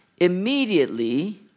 immediately